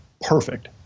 perfect